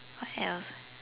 what else ah